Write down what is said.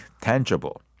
tangible